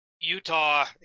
Utah